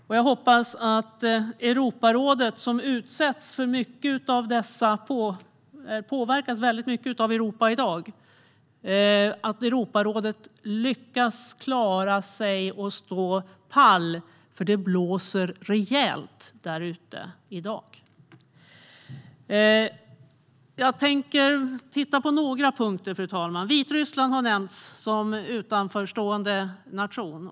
Detta påverkar Europa mycket i dag, och jag hoppas att Europarådet lyckas klara sig och stå pall, för det blåser rejält därute. Jag tänker titta på några punkter, fru talman. Vitryssland har nämnts som utanförstående nation.